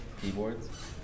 keyboards